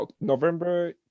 November